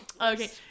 Okay